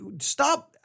Stop